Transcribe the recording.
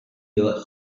your